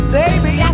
baby